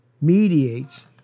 mediates